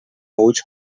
ulls